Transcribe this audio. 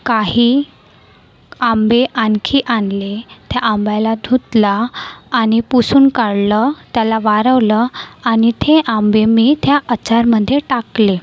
काही आंबे आणखी आणले त्या आंब्याला धुतला आणि पुसून काढलं त्याला वाळवलं आणि ते आंबे मी त्या आचारमध्ये टाकले